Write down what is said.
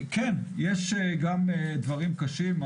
כן, יש גם דברים קשים.